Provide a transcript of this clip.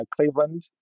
Cleveland